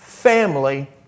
Family